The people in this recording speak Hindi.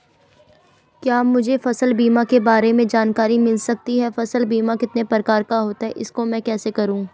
क्या मुझे फसल बीमा के बारे में जानकारी मिल सकती है फसल बीमा कितने प्रकार का होता है इसको मैं कैसे करूँ?